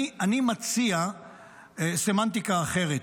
אני מציע סמנטיקה אחרת.